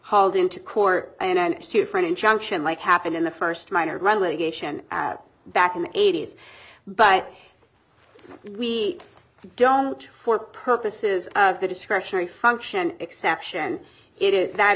hauled into court and sue for an injunction like happened in the first miner relegation back in the eighty's but we don't for purposes of the discretionary function exception it is that